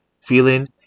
feeling